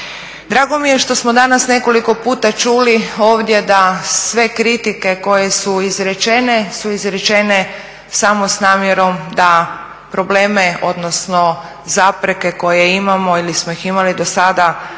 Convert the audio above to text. Drago mi je što smo danas nekoliko puta čuli ovdje da sve kritike koje su izrečene su izrečene samo s namjerom da probleme odnosno zapreke koje imamo ili smo ih imali do sada